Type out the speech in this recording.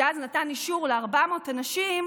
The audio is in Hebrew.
שאז נתן אישור ל-400 אנשים,